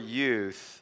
youth